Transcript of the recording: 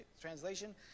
translation